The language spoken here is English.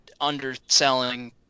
underselling